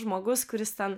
žmogus kuris ten